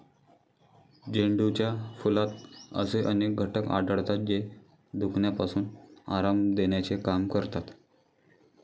झेंडूच्या फुलात असे अनेक घटक आढळतात, जे दुखण्यापासून आराम देण्याचे काम करतात